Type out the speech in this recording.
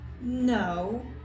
No